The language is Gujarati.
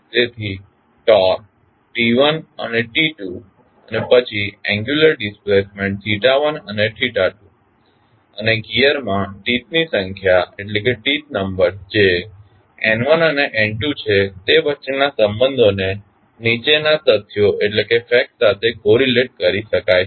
તેથી ટોર્ક T1અને T2 અને પછી એંગ્યુલર ડિસ્પ્લેસમેન્ટ 1 અને 2 અને ગિઅર માં ટીથની સંખ્યા જે N1 અને N2 છે તે વચ્ચેના સંબંધોને નીચેના તથ્યો સાથે કોરીલેટ કરી શકાય છે